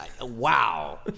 Wow